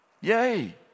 Yay